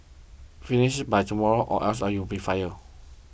finish this by tomorrow or else you'll be fired